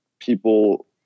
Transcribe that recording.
people